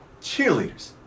cheerleaders